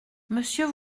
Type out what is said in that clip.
monsieur